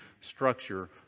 structure